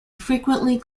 frequently